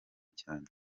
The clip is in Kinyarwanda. cyane